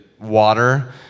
water